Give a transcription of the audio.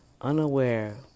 unaware